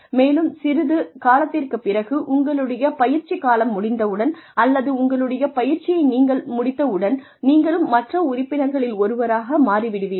மேலும் சிறிது காலத்திற்குப் பிறகு உங்களுடைய பயிற்சி காலம் முடிந்தவுடன் அல்லது உங்களுடைய பயிற்சியை நீங்கள் முடித்தவுடன் நீங்களும் மற்ற உறுப்பினர்களில் ஒருவராக மாறி விடுவீர்கள்